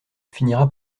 finira